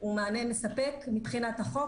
הוא מענה מספק מבחינת החוק.